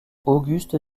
auguste